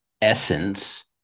essence